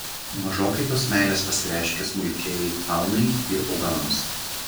mažokai tos meilės pasireiškia smulkiajai faunai ir augalams